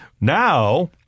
Now